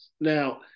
Now